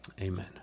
Amen